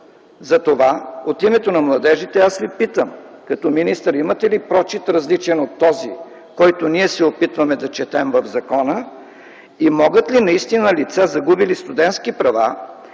Затова от името на младежите аз Ви питам, като министър имате ли прочит, различен от този, който ние се опитваме да четем в закона и могат ли действително лица, загубили студентски права,